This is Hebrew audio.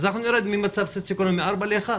אבל אז נרד ממצב סוציו-אקונומי 4 ל-1.